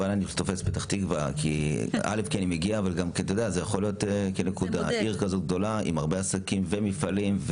פתח-תקוה היא עיר גדולה עם הרבה עסקים ומפעלים,